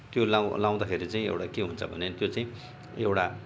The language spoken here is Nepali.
त्यो लगाउँ लगाउँदाखेरि चाहिँ एउटा के हुन्छ भने त्यो चाहिँ एउटा